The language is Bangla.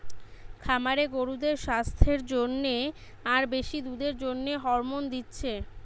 খামারে গরুদের সাস্থের জন্যে আর বেশি দুধের জন্যে হরমোন দিচ্ছে